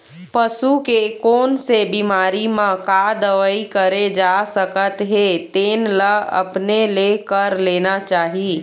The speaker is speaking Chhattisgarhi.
पसू के कोन से बिमारी म का दवई करे जा सकत हे तेन ल अपने ले कर लेना चाही